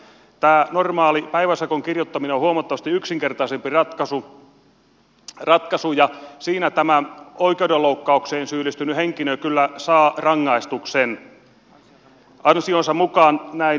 tämä normaali päiväsakon kirjoittaminen on huomattavasti yksinkertaisempi ratkaisu ja siinä tämä oikeudenloukkaukseen syyllistynyt henkilö kyllä saa rangaistuksen ansionsa mukaan näin